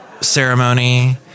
ceremony